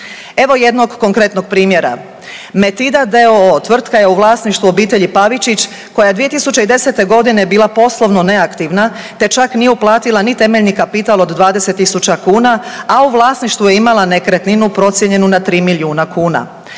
Evo jednog konkretnog primjera. Medita d.o.o. tvrtka je u vlasništvu obitelji Pavičić koja je 2010. godine bila poslovno neaktivna, te čak nije uplatila ni temeljni kapital od 20 tisuća kuna, a u vlasništvu je imala nekretninu procijenjenu na 3 milijuna kuna.